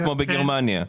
כמו בגרמניה.